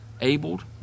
abled